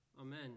Amen